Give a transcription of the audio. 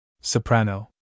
soprano